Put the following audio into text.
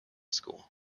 school